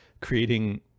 creating